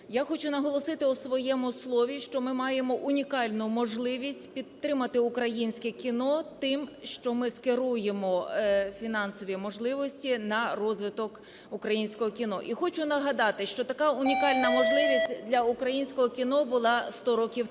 Я хочу наголосити у своєму слові, що ми маємо унікальну можливість підтримати українське кіно тим, що ми скеруємо фінансові можливості на розвиток українського кіно. І хочу нагадати, що така унікальна можливість для українського кіно була сто років тому.